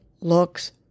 looks